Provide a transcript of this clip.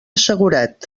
assegurat